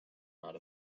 not